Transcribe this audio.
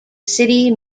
city